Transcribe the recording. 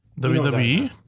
WWE